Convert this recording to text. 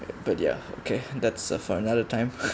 but ya okay that's uh for another time